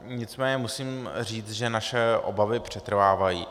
Nicméně musím říct, že naše obavy přetrvávají.